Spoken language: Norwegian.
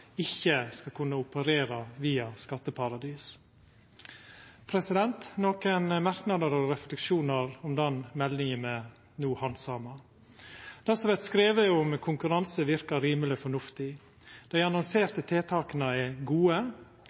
ikkje skal kunna operera via skatteparadis. Så nokre merknader og refleksjonar om den meldinga me no handsamar. Det som vert skrive om konkurranse, verkar rimeleg fornuftig. Dei annonserte tiltaka er gode.